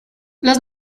los